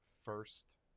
first